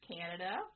Canada